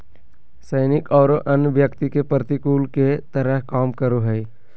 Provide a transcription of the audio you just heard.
सैनिक औरो अन्य व्यक्ति के प्रतिकूल के तरह काम करो हइ